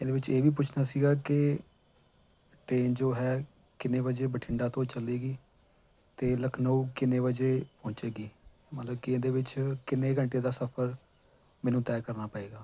ਇਹਦੇ ਵਿੱਚ ਇਹ ਵੀ ਪੁੱਛਣਾ ਸੀਗਾ ਕਿ ਟ੍ਰੇਨ ਜੋ ਹੈ ਕਿੰਨੇ ਵਜੇ ਬਠਿੰਡਾ ਤੋਂ ਚੱਲੇਗੀ ਅਤੇ ਲਖਨਊ ਕਿੰਨੇ ਵਜੇ ਪਹੁੰਚੇਗੀ ਮਤਲਬ ਕਿ ਇਹਦੇ ਵਿੱਚ ਕਿੰਨੇ ਘੰਟੇ ਦਾ ਸਫਰ ਮੈਨੂੰ ਤੈਅ ਕਰਨਾ ਪਵੇਗਾ